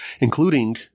including